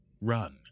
run